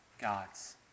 God's